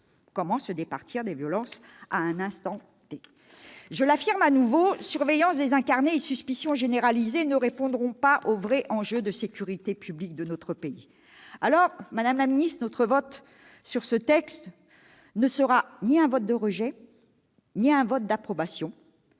comment se départir des violences à un instant ? Je l'affirme à nouveau : surveillance désincarnée et suspicion généralisée ne répondront pas aux vrais enjeux de sécurité publique de notre pays. Alors, madame la ministre, notre vote sur ce texte ne sera ni un vote de rejet ni un vote d'approbation,